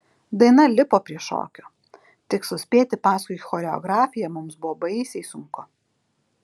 daina lipo prie šokio tik suspėti paskui choreografiją mums buvo baisiai sunku